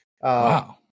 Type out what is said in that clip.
Wow